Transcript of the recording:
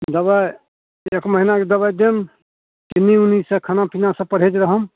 दवाइ एक महिनाके दवाइ देब चिन्नी उन्नीसे खाना पिना सब परहेज रहब